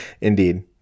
Indeed